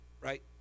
Right